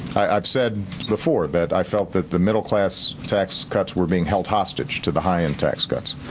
i've said before that i felt that the middle class tax cuts were being held hostage to the high and tax cuts